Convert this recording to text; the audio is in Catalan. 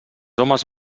homes